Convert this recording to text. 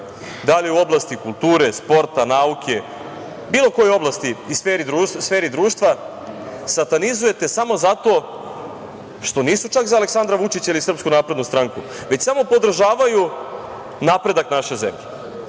da li u oblasti kulture, sporta, nauke, bilo koje oblasti i sferi društva, satanizujete samo zato što nisu čak za Aleksandra Vučića ili SNS, već samo podržavaju napredak naše zemlje. Ovo